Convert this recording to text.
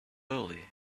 early